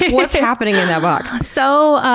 what's happening in that box? so,